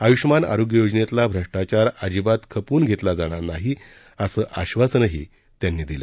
आयष्यमान आरोग्य योजनेतला भ्रष्टाचार अजिबात खपवून घेतला जाणार नाही असं आश्वासनही त्यांनी दिलं